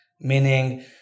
meaning